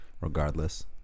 regardless